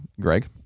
Greg